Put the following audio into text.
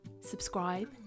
subscribe